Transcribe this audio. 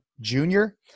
Junior